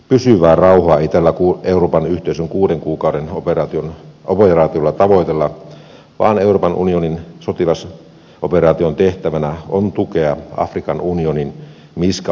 pysyvää rauhaa ei tällä euroopan yhteisön kuuden kuukauden operaatiolla tavoitella vaan euroopan unionin sotilasoperaation tehtävänä on tukea afrikan unionin misca operaatiota